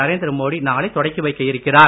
நரேந்திர மோடி நாளை தொடக்கி வைக்க இருக்கிறார்